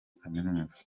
kaminuza